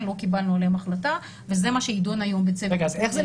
לא קיבלנו עליהם החלטה וזה מה שיידון היום בצוות.